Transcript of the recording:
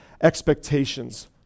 expectations